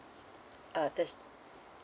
uh there's